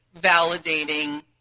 validating